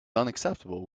unacceptable